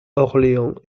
orléans